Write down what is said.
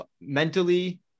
mentally